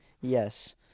Yes